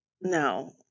no